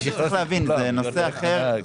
צריך להבין, זה נושא אחר.